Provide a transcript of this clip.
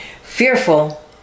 Fearful